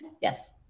yes